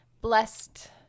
blessed